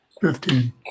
Fifteen